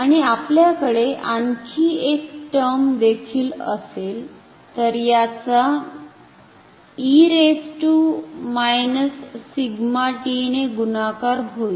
आणि आपल्याकडे आणखी एक टर्म देखील असेल तर याचा ने गुणाकार होईल